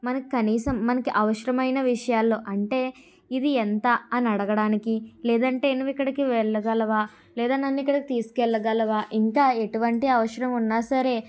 మనకు కనీసం మనకి అవసరమైన విషయాల్లో అంటే ఇది ఎంత అని అడగడానికి లేదంటే నువ్వు ఇక్కడికి వెళ్ళగలవా లేదా నన్ను ఇక్కడికి తీసుకెళ్ళగలవా ఇంకా ఎటువంటి అవసరం ఉన్నా సరే